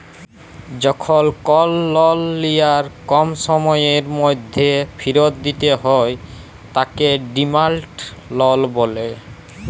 যখল কল লল লিয়ার কম সময়ের ম্যধে ফিরত দিতে হ্যয় তাকে ডিমাল্ড লল ব্যলে